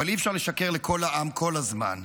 אבל אי-אפשר לשקר לכל העם כל הזמן.